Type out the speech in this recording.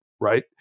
right